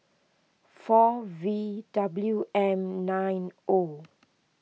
four V W M nine O